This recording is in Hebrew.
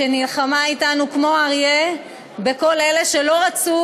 שנלחמה אתנו כמו אריה בכל אלה שלא רצו